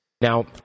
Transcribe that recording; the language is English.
Now